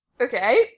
okay